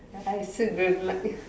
I also don't like